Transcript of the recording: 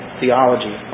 theology